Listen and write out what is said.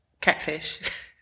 catfish